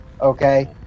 Okay